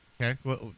Okay